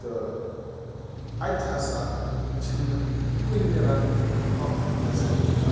تہٕ اَتہِ ہَسا چھِنہٕ کُنہِ رنٛگہٕ تہِ کانٛہہ تہِ فٮ۪سَلٹی